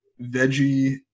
veggie